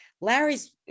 Larry's